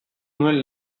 nuen